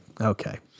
okay